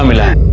um let